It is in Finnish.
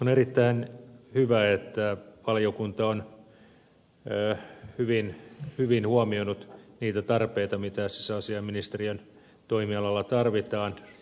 on erittäin hyvä että valiokunta on hyvin huomioinut niitä tarpeita mitä sisäasiainministeriön toimialalla tarvitaan